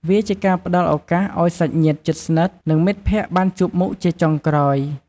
វាជាការផ្តល់ឱកាសឱ្យសាច់ញាតិជិតស្និទ្ធ និងមិត្តភក្តិបានជួបមុខជាចុងក្រោយ។